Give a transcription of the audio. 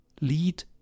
lead